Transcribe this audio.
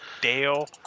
Dale